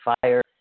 Fire